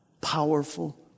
powerful